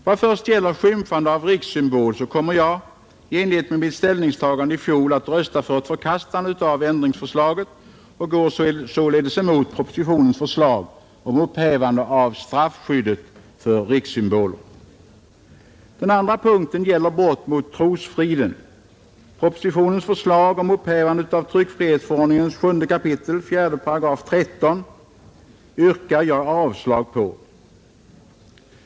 Vad först gäller skymfande av rikssymbol kommer jag — i enlighet med mitt ställningstagande i fjol — att rösta för ett förkastande av ändringsförslaget och går således emot propositionens förslag om upphävande av straffskyddet för rikssymboler. Den andra frågan gäller brott mot trosfriden. Jag yrkar avslag på propositionens förslag om upphävande av 7 kap. 4 8 punkt 13 tryckfrihetsförordningen.